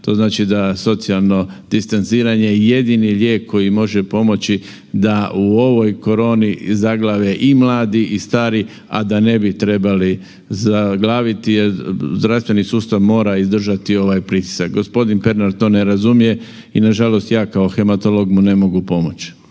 To znači da socijalno distanciranje je jedini lijek koji može pomoći da u ovoj koroni zaglave i mladi i stari, a da ne bi trebali zaglaviti jer zdravstveni sustav mora izdržati ovaj pritisak. Gospodin Pernar to ne razumije i nažalost ja kao hematolog mu ne mogu pomoći.